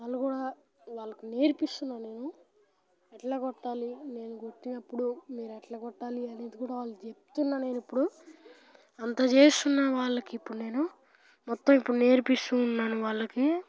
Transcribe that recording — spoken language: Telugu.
వాళ్ళు కూడా వాళ్ళకు నేర్పిస్తున్నాను నేను ఎట్లా కొట్టాలి నేను కొట్టినప్పుడు మీరు ఎట్లా కొట్టాలి అనేది కూడా వాళ్ళకు చెప్తున్నాను నేను ఇప్పుడు అంత చేస్తున్నాను వాళ్ళకి ఇప్పుడు నేను మొత్తం ఇప్పుడు నేర్పిస్తు ఉన్నాను వాళ్ళకి